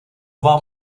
vám